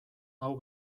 hau